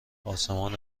آسمان